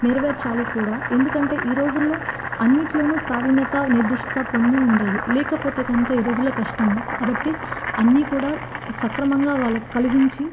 నెరవేర్చాలి కూడా ఎందుకంటే ఈ రోజుల్లో అన్నిట్లోనూ ప్రావీణ్యత నిర్దిష్ట పొంది ఉండాలి లేకపోతే కనుక ఈ రోజుల్లో కష్టం కాబట్టి అన్ని కూడా సక్రమంగా వాళ్ళకి కలిగించి